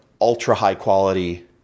ultra-high-quality